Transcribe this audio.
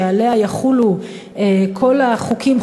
שעליה יחולו כל החוקים,